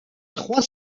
trois